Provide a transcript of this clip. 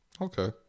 Okay